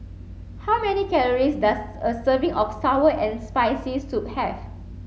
how many calories does a serving of sour and spicy soup have